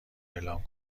اعلام